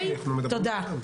תודה.